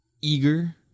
eager